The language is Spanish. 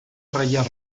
reyes